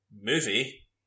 movie